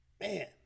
Man